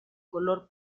color